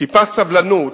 טיפה סבלנות,